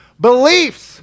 Beliefs